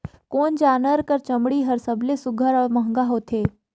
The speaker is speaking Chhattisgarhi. कोन जानवर कर चमड़ी हर सबले सुघ्घर और महंगा होथे?